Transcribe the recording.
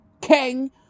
king